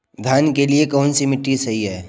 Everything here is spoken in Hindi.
धान के लिए कौन सी मिट्टी सही है?